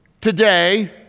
today